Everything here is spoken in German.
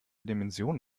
dimension